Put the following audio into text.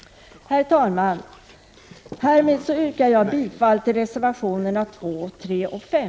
Herr talman! Härmed yrkar jag bifall till reservationerna 2, 3 och 5.